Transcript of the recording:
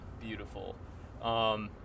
beautiful